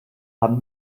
hamm